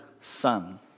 Son